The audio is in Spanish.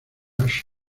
rush